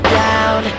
down